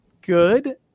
good